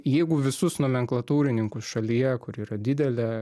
jeigu visus nomenklatūrininkus šalyje kuri yra didelė